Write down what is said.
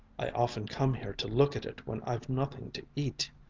i often come here to look at it when i've nothing to eat.